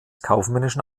kaufmännischen